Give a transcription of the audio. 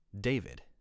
David